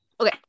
okay